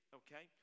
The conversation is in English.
okay